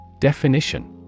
Definition